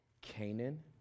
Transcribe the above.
Canaan